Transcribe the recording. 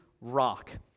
rock